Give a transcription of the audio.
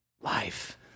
life